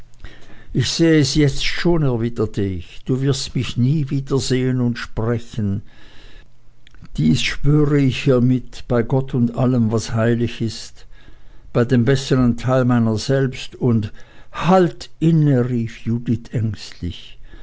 ich seh es jetzt schon erwiderte ich du wirst mich nie wieder sehen und sprechen dies schwöre ich hiemit bei gott und allem was heilig ist bei dem bessern teil meiner selbst und halt inne rief judith ängstlich